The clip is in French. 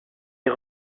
est